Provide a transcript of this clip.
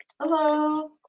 Hello